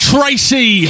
Tracy